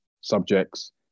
subjects